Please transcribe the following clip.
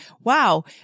wow